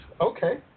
Okay